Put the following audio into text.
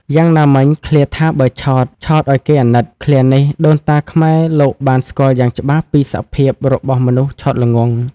យ៉ាងណាមិញ ឃ្លាថា បើឆោត ឆោតឲ្យគេអាណិត ឃ្លានេះ ដូនតាខ្មែរ លោកបានស្គាល់យ៉ាងច្បាស់ពីសភាពរបស់មនុស្សឆោតល្ងង់។